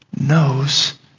knows